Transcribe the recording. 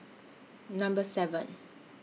Number seven